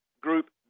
Group